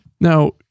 Now